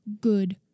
good